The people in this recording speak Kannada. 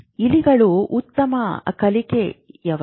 ಇಲಿಗಳು ಉತ್ತಮ ಕಲಿಯುವವರು